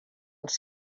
els